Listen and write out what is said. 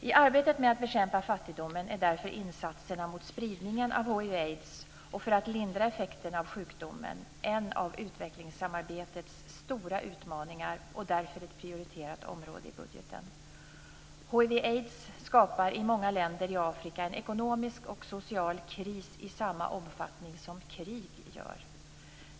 I arbetet med att bekämpa fattigdomen är därför insatserna mot spridningen av hiv och aids - och för att lindra effekterna av sjukdomarna - en av utvecklingssamarbetets stora utmaningar och därför ett prioriterat område i budgeten. Hiv och aids skapar i många länder i Afrika en ekonomisk och social kris i samma omfattning som krig gör.